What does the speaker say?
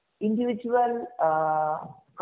individual